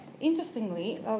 Interestingly